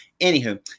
Anywho